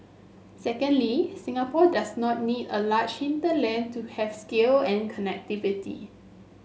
secondly Singapore does not need a large hinterland to have scale and connectivity